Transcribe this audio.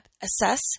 assess